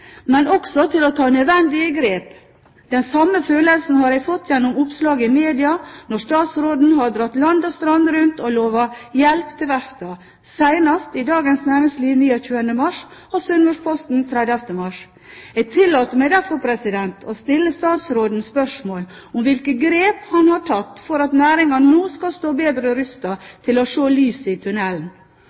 men også til å ta nødvendige grep. Den samme følelsen har jeg fått gjennom oppslag i media, når statsråden har dratt land og strand rundt og lovet hjelp til verftene, senest i Dagens Næringsliv 29. mars og i Sunnmørsposten 30. mars. Jeg tillater meg derfor å stille statsråden spørsmål om hvilke grep han har tatt for at næringen nå skal stå bedre rustet til å se lyset i tunnelen.